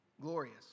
glorious